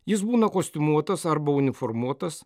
jis būna kostiumuotas arba uniformuotas